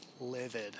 livid